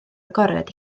agored